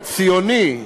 הציוני,